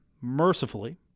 mercifully